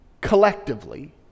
collectively